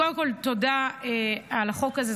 קודם כול, תודה על החוק הזה.